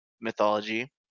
mythology